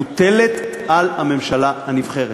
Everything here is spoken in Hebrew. מוטלת על הממשלה הנבחרת.